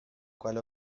cual